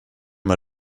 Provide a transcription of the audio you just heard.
mal